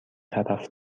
طرف